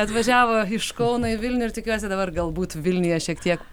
atvažiavo iš kauno į vilnių ir tikiuosi dabar galbūt vilniuje šiek tiek